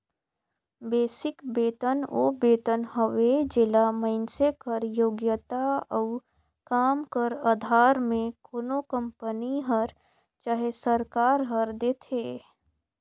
basic बेतन ओ बेतन हवे जेला मइनसे कर योग्यता अउ काम कर अधार में कोनो कंपनी हर चहे सरकार हर देथे